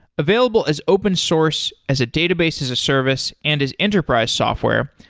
available as open source as a database as a service and as enterprise software,